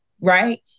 right